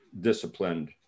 disciplined